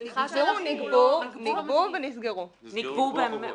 סליחה שאנחנו לא מבינים.